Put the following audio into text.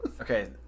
okay